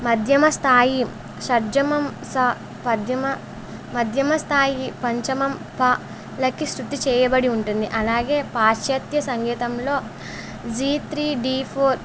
మధ్యమ స్థాయి షడ్జమం స పద్యమ మధ్యమ స్థాయి పంచమం ప లకి శృతి చేయబడి ఉంటుంది అలాగే పాశ్చాత్య సంగీతంలో జీ త్రీ డీ ఫోర్